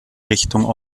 richtung